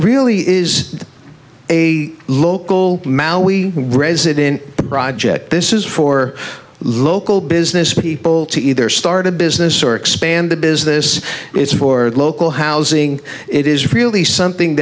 really is a local mal we raise it in the project this is for local businesspeople to either start a business or expand the business it's for local housing it is really something